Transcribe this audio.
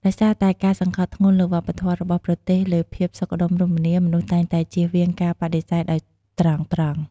ដោយសារតែការសង្កត់ធ្ងន់លើវប្បធម៌របស់ប្រទេសលើភាពសុខដុមរមនា មនុស្សតែងតែជៀសវាងការបដិសេធដោយត្រង់ៗ។